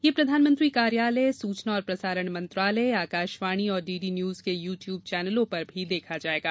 यह प्रधानमंत्री कार्यालय सूचना और प्रसारण मंत्रालय आकाशवाणी और डीडी न्यूज के यू ट्यूब चैनलों पर भी देखा जाएगा